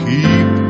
Keep